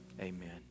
Amen